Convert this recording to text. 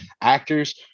actors